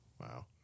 Wow